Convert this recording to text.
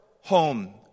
home